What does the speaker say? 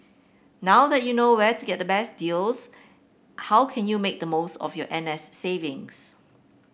now that you know where to get the best deals how can you make the most of your N S savings